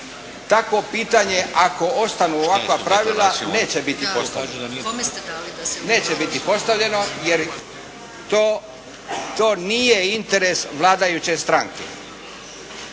takvo pitanje ako ostanu ovakva pravila neće biti postavljena jer to nije interes vladajuće stranke,